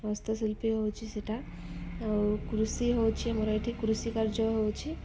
ହସ୍ତଶିଳ୍ପୀ ହେଉଛି ସେଇଟା ଆଉ କୃଷି ହେଉଛି ଆମର ଏଠି କୃଷି କାର୍ଯ୍ୟ ହେଉଛି